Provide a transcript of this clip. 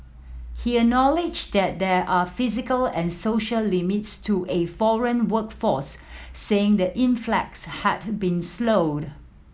he acknowledged that there are physical and social limits to a foreign workforce saying the influx had been slowed